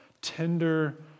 Tender